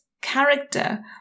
character